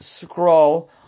scroll